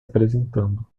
apresentando